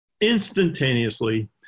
instantaneously